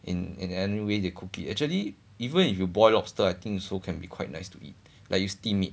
in any way they cook it actually even if you boil lobster I think also can be quite nice to eat like you steam it